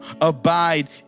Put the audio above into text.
Abide